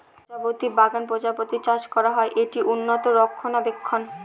প্রজাপতি বাগান প্রজাপতি চাষ করা হয়, একটি উন্নত রক্ষণাবেক্ষণ